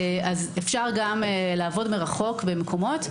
אז אפשר גם לעבוד מרחוק במקומות,